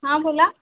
हां बोला